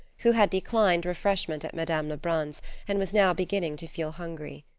who had declined refreshment at madame lebrun's and was now beginning to feel hungry.